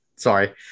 Sorry